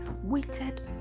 waited